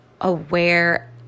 aware